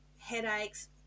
headaches